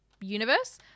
universe